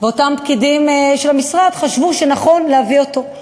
ואותם פקידים של המשרד חשבו שנכון להביא אותו.